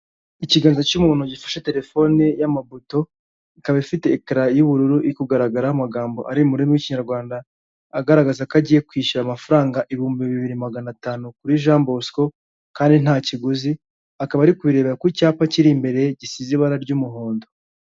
Ikiganza cy'umuntu gifashe telefone y'amabuto, ikaba ifite ekara y'ubururu, iri kugaragaraho amagambo ari murimi rw'ikinyarwanda, agaragaza ko agiye kwishyura amafaranga ibihumbi bibiri magana atanu, kuri Jean bosco kandi nta kiguzi, akaba ari kubirebera ku cyapa kiri imbere gisize ibara ry'umuhondo.